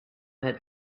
had